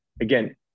again